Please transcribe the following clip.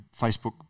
Facebook